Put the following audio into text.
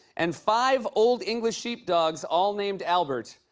and five old english sheepdogs, all named albert.